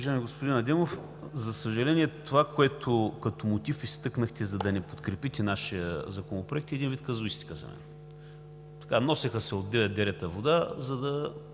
Уважаеми господин Адемов, за съжаление, това, което като мотив изтъкнахте, за да не подкрепите нашия законопроект, е един вид казуистика за мен. Носеха се от девет